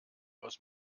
aus